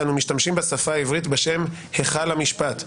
אנו משתמשים בשפה העברית בשם היכל המשפט.